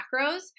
macros